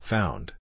Found